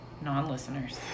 non-listeners